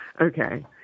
Okay